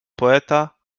poeta